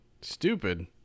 Stupid